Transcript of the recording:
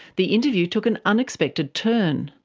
the interview took an unexpected turn.